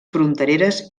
frontereres